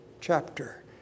chapter